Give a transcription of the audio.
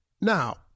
Now